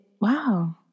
wow